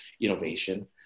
Innovation